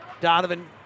Donovan